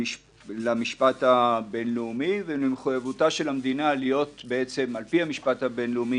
בהחרגה קיצונית מאוד, ופתאום החקיקה הזאת